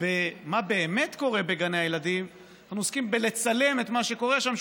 במה שבאמת קורה בגני הילדים אנחנו עוסקים בלצלם את מה שקורה שם,